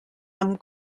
amb